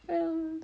um